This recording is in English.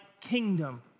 kingdom